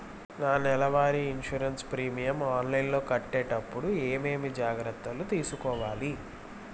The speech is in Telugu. నా నెల వారి ఇన్సూరెన్సు ప్రీమియం ఆన్లైన్లో కట్టేటప్పుడు ఏమేమి జాగ్రత్త లు తీసుకోవాలి?